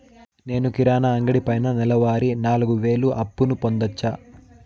నేను కిరాణా అంగడి పైన నెలవారి నాలుగు వేలు అప్పును పొందొచ్చా?